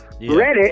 Reddit